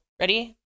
ready